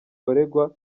baregwa